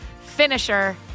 finisher